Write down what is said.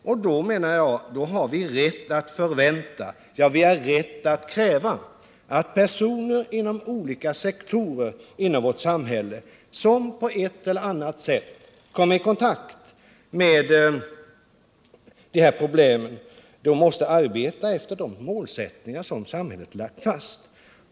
Då har vi, menar jag, rätt att förvänta, ja, vi har rätt att kräva att personer inom olika sektorer i vårt samhälle som på ett eller annat sätt kommer i kontakt med dessa problem arbetar efter de målsättningar som samhället fastslagit.